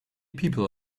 people